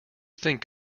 think